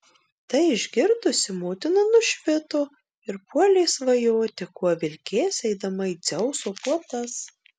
tai išgirdusi motina nušvito ir puolė svajoti kuo vilkės eidama į dzeuso puotas